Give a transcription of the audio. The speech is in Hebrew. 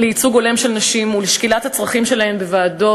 לייצוג הולם של נשים ולשקילת הצרכים שלהן בוועדות